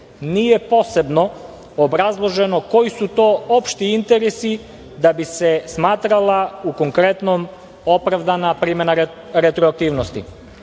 Nije posebno obrazloženo koji su to opšti interesi da bi se smatrala u konkretnom opravdana primena retroaktivnosti. Poštovana